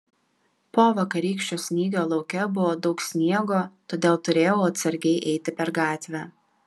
po vakarykščio snygio lauke buvo daug sniego todėl turėjau atsargiai eiti per gatvę